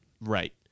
Right